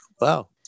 Wow